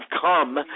come